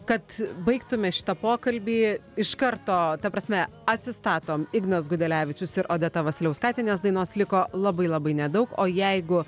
kad baigtume šitą pokalbį iš karto ta prasme atsistatom ignas gudelevičius ir odeta vasiliauskaitė nes dainos liko labai labai nedaug o jeigu